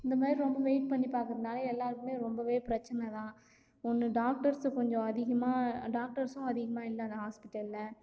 இந்த மாதிரி ரொம்ப வெயிட் பண்ணி பார்க்கறனால எல்லாருக்குமே ரொம்பவே பிரச்சனை தான் ஒன்று டாக்டர்ஸு கொஞ்சம் அதிகமாக டாக்டர்ஸும் அதிகமாக இல்லை அந்த ஹாஸ்பிட்டல்ல